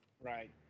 Right